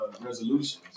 resolutions